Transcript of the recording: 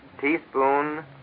teaspoon